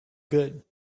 good